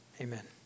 amen